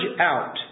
out